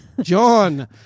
John